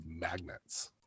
magnets